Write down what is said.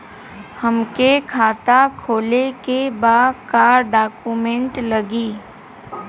हमके खाता खोले के बा का डॉक्यूमेंट लगी?